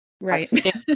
right